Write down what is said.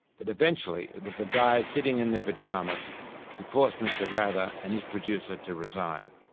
but eventually it was the guys sitting in their pajamas who forced mr rather and his producer to resign.